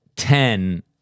Ten